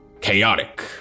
chaotic